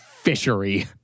Fishery